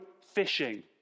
fishing